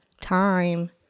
time